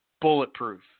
bulletproof